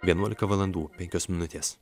vienuolika valandų penkios minutės